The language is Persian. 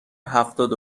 هفتاد